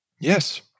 Yes